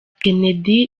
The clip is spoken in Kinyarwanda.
kennedy